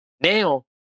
Now